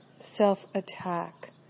self-attack